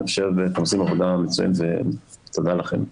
אני חושב שאתם עושים עבודה מצוינת ותודה לכם.